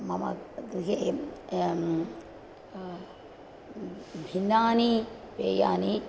मम गृहे भिन्नानि पेयानि